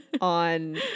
on